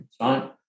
right